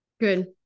good